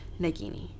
Nagini